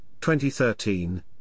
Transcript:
2013